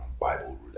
Bible